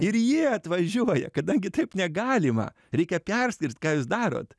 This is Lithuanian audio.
ir jie atvažiuoja kadangi taip negalima reikia perskirt ką jūs darot